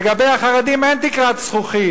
לגבי החרדים, אין תקרת זכוכית,